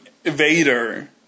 Vader